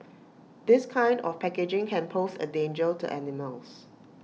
this kind of packaging can pose A danger to animals